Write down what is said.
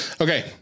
Okay